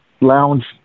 lounge